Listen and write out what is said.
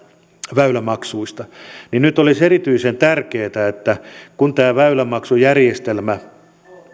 väylämaksuista nyt olisi erityisen tärkeää että kun tämä väylämaksujärjestelmä